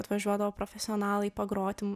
atvažiuodavo profesionalai pagroti